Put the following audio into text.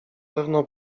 pewno